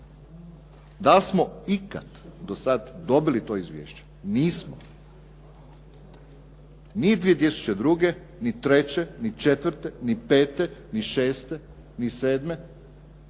Da li smo ikad do sada dobili to izvješće? Nismo. Ni 2002., ni 2003., ni 2004., ni